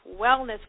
Wellness